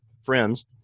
friends